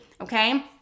okay